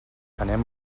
anem